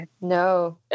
No